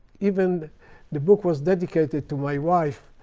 even the book was dedicated to my wife,